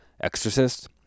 Exorcist